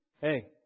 Hey